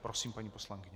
Prosím, paní poslankyně.